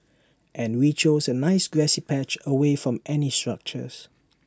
and we chose A nice grassy patch away from any structures